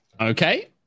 Okay